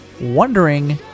wondering